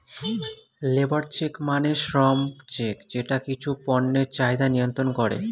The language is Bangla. লেবর চেক মানে শ্রম চেক যেটা কিছু পণ্যের চাহিদা নিয়ন্ত্রন করে